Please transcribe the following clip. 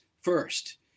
first